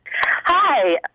Hi